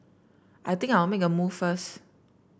I think I'll make a move first